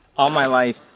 all my life.